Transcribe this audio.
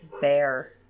bear